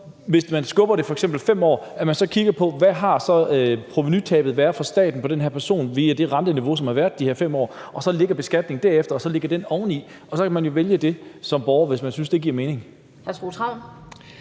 hvis man skubber det f.eks. 5 år, kigger på, hvad provenutabet så har været for staten på den her person via det renteniveau, der har været de her 5 år. Så kan man derefter lægge beskatningen oveni. Så kan man jo vælge det som borger, hvis man synes, det giver mening.